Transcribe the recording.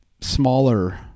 Smaller